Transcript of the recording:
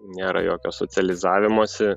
nėra jokio specializavimosi